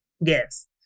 Yes